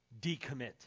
decommit